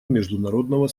международного